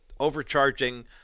overcharging